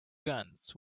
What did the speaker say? guns